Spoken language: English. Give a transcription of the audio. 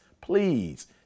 please